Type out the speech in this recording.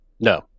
No